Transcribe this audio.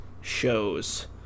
shows